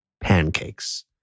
pancakes